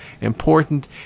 important